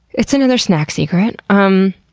it's another snack secret. um